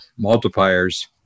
multipliers